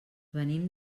venim